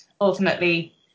ultimately